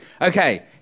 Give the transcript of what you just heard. Okay